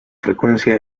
frecuencia